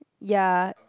ya